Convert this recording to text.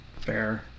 Fair